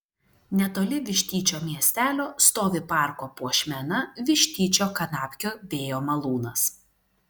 netoli vištyčio miestelio stovi parko puošmena vištyčio kanapkio vėjo malūnas